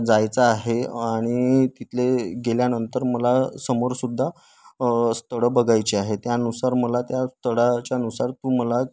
जायचं आहे आणि तिथले गेल्यानंतर मला समोर सुद्धा स्थळं बघायचे आहे त्यानुसार मला त्या स्थळाच्यानुसार तू मला